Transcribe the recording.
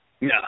No